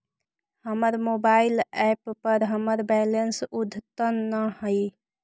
हमर mobile app पर हमर बैलेंस अद्यतन ना हई